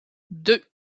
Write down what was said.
deux